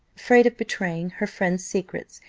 afraid of betraying her friend's secrets,